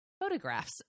photographs